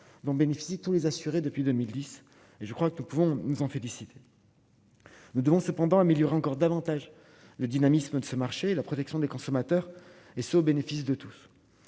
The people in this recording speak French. dont bénéficient tous les assurés depuis 2010 et je crois que nous pouvons nous en féliciter, nous devons cependant améliorer encore davantage le dynamisme de ce marché et la protection des consommateurs est-ce au bénéfice de tous,